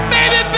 Baby